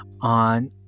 on